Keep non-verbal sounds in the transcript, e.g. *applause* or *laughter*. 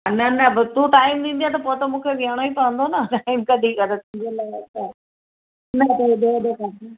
न न पोइ तूं टाइम ॾींदीअ त पोइ त मूंखे वियणो ई पवंदो न टाइम कढी करे तूं जे लाइ *unintelligible*